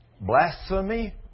blasphemy